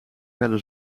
felle